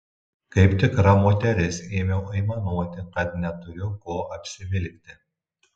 kaip tikra moteris ėmiau aimanuoti kad neturiu ko apsivilkti